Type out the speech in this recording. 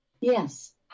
Yes